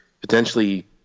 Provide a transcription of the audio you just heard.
potentially